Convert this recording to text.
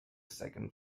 second